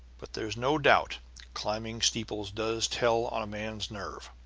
but there's no doubt climbing steeples does tell on a man's nerves.